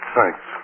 Thanks